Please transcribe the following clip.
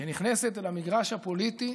שנכנסת אל המגרש הפוליטי